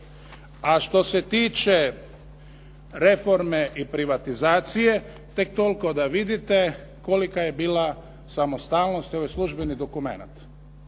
A što se tiče reforme i privatizacije, tek toliko da vidite kolika je bila samostalnost, ovo je službeni dokument